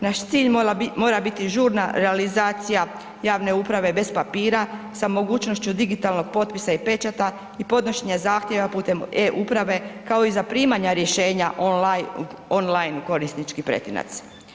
Naš cilj mora biti žurna realizacija javne uprave bez papira sa mogućnošću digitalnog potpisa i pečata i podnošenja zahtjeva putem e-uprave kao i zaprimanja rješenja online u korisnički pretinac.